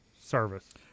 service